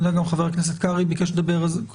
אני יודע גם שחבר הכנסת קרעי ביקש לדבר על זה.